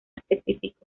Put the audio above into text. específico